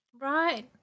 Right